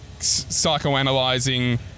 psychoanalyzing